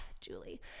Julie